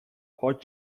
hot